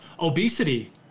obesity